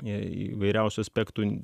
įvairiausių aspektų